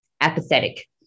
apathetic